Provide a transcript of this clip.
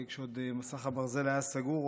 כשמסך הברזל עוד היה סגור,